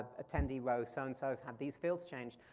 attendee rows so and so have these fields change.